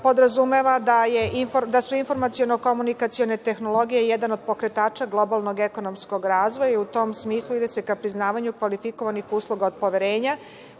podrazumeva da su informaciono komunikacione tehnologije jedan od pokretača globalnog ekonomskog razvoja i u tom smislu ide se ka priznavanju kvalifikovanih usluga od poverenja